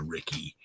Ricky